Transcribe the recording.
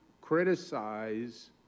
criticize